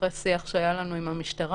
אחרי שיח שהיה לנו עם המשטרה,